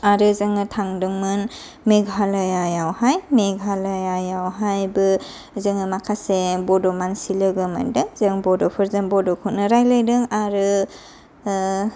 आरो जोङो थांदोंमोन मेघालयायावहाय मेघालयायावहायबो जोङो माखासे बड' मानसि लोगो मोनदों जों बड'फोरजों बड'खौनो रायलायदों आरो